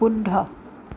শুদ্ধ